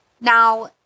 Now